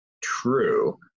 true